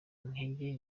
intege